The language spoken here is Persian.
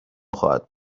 خواهد